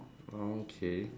okay